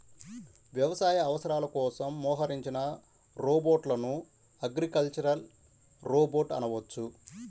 వ్యవసాయ అవసరాల కోసం మోహరించిన రోబోట్లను అగ్రికల్చరల్ రోబోట్ అనవచ్చు